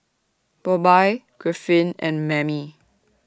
Bobbye Griffith and Mammie